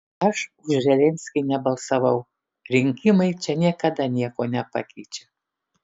aš už zelenskį nebalsavau rinkimai čia niekada nieko nepakeičia